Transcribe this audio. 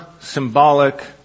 symbolic